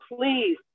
please